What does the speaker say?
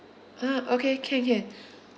ah okay can can